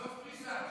עזוב פריסה.